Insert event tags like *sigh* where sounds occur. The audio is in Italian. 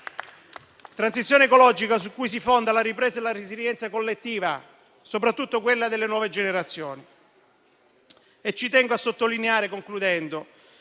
transizione ecologica, *applause* su cui si fondano la ripresa e la resilienza collettiva, soprattutto quella delle nuove generazioni. Ci tengo a sottolineare, concludendo,